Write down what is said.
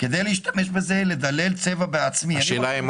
כדי לדלל בצבע בעצמי --- (היו"ר ולדימיר